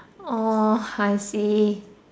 orh I see